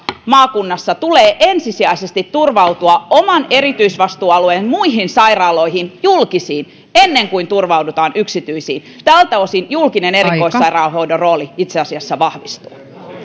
maakunnassa tulee ensisijaisesti turvautua oman erityisvastuualueen muihin sairaaloihin julkisiin ennen kuin turvaudutaan yksityisiin tältä osin julkisen erikoissairaanhoidon rooli itse asiassa vahvistuu